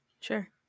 Sure